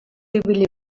ibili